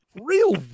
real